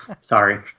Sorry